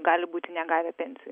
gali būti negavę pensijų